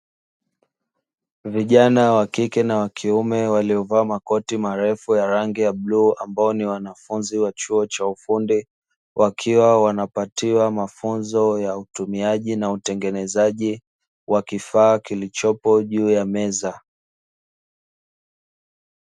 Vijana wa kike na wa kiume waliovaa makoti marefu ya rangi ya bluu ambao ni wanafunzi wa chuo cha ufundi, wakiwa wanapatiwa mafunzo ya utumiaji na utengenezaji wa kifaa kilichopo juu ya meza.